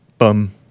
Bum